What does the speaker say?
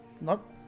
Nope